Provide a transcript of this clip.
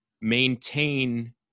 maintain